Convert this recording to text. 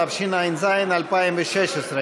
התשע"ז 2016,